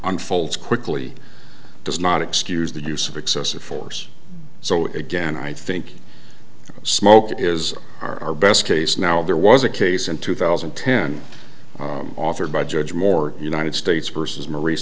unfolds quickly does not excuse the use of excessive force so again i think smoke is our best case now there was a case in two thousand and ten authored by judge moore united states versus m